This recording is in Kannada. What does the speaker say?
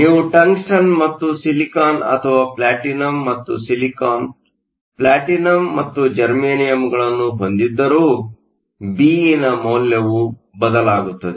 ನೀವು ಟಂಗ್ಸ್ಟನ್ ಮತ್ತು ಸಿಲಿಕಾನ್ ಅಥವಾ ಪ್ಲಾಟಿನಂ ಮತ್ತು ಸಿಲಿಕಾನ್ ಪ್ಲಾಟಿನಂ ಮತ್ತು ಜರ್ಮೇನಿಯಂಗಳನ್ನು ಹೊಂದಿದ್ದರೂ Be ನ ಮೌಲ್ಯ ಬದಲಾಗುತ್ತದೆ